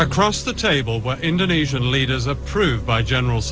across the table were indonesian leaders approved by general